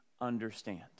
understand